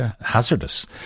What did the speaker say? hazardous